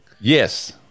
Yes